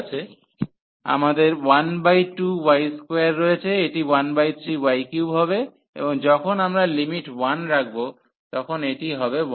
সুতরাং আমাদের 12y2 রয়েছে এটি 13y3 হবে এবং যখন আমরা লিমিট 1 রাখব তখন এটি হবে 1